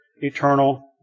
eternal